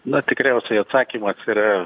na tikriausiai atsakymas yra